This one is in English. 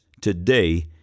today